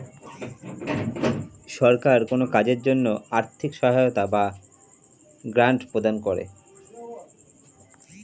সরকার কোন কাজের জন্য আর্থিক সহায়তা বা গ্র্যান্ট প্রদান করে